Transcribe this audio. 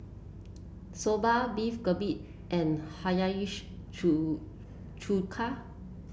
Soba Beef Galbi and Hiyashi Chu Chuka